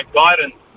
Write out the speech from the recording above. guidance